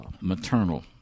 maternal